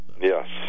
Yes